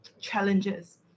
challenges